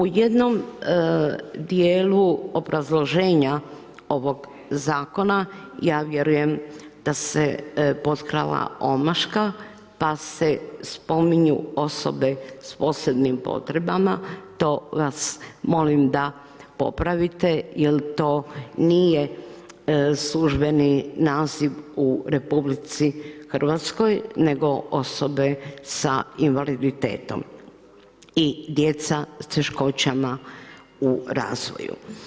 U jednom djelu obrazloženja ovog zakona ja vjerujem da se potkrala omaška pa se spominju osobe sa posebnim potrebama, to vas molim da popravite jer to nije službeni naziv u RH nego osobe sa invaliditetom i djeca sa teškoćama u razvoju.